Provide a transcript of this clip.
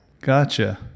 gotcha